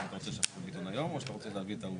האם מדובר בתוכניות עירוניות או תוכניות מפורטות?